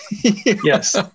yes